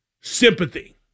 sympathy